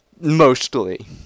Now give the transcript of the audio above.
mostly